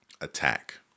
Attack